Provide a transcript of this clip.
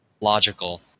logical